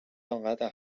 آنقدر